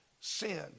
sin